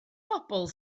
bobl